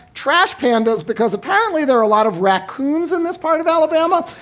trash pandas because apparently there are a lot of raccoons in this part of alabama.